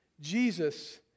Jesus